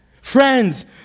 Friends